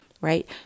right